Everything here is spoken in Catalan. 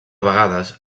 vegades